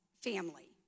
family